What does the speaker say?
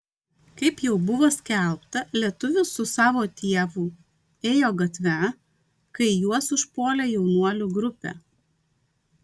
kaip jau buvo skelbta lietuvis su savo tėvu ėjo gatve kai juos užpuolė jaunuolių grupė